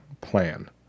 plan